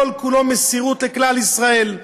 כל-כולו מסירות לכלל ישראל.